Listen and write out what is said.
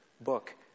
book